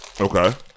Okay